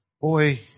boy